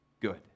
good